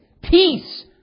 peace